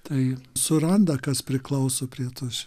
tai suranda kas priklauso prie tos